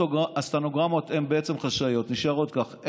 הסטנוגרמות הן בעצם חשאיות, נשארות כך.